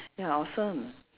ya awesome